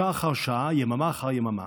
שעה אחר שעה, יממה אחר יממה.